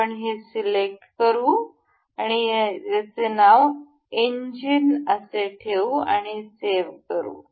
आपण हे सिलेक्ट करू आणि त्याचे नाव इंजिन ठेवू आणि सेव्ह करू